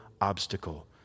obstacle